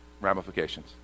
ramifications